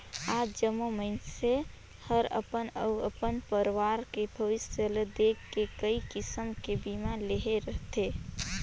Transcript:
आज जम्मो मइनसे हर अपन अउ अपन परवार के भविस्य ल देख के कइ किसम के बीमा लेहे रथें